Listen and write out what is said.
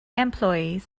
employees